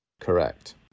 Correct